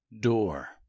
DOOR